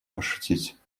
пошутить